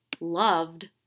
loved